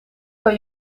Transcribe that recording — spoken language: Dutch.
kan